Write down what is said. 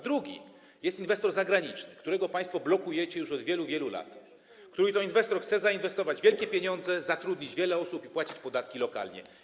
Druga - jest inwestor zagraniczny, którego państwo blokujecie już od wielu, wielu lat, który to inwestor chce zainwestować wielkie pieniądze, zatrudnić wiele osób i płacić podatki lokalnie.